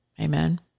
Amen